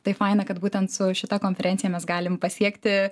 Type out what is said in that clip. taip faina kad būtent su šita konferencija mes galim pasiekti